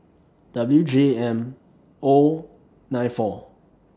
W J M O nine four